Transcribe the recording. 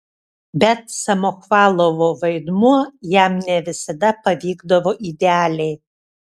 bet samochvalovo vaidmuo jam ne visada pavykdavo idealiai